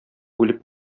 үлеп